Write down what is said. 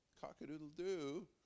Cock-a-doodle-doo